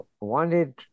wanted